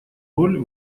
роль